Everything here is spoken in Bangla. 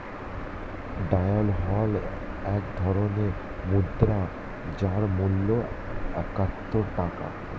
ডলার হল এক ধরনের মুদ্রা যার মূল্য একাত্তর টাকা